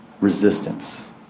resistance